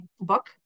book